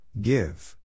give